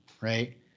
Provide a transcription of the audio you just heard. right